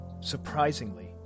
Surprisingly